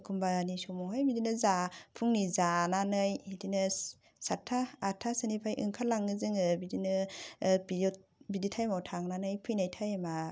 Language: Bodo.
एखम्बानि समावहाय बिदिनो जा फुंनि जानानै बिदिनो साथ्था आथ्थानिफ्राय ओंखारलाङो जोङो बिदिनो बिदि थाइमाव थांनानै फैनाय थाइमा